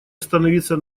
остановиться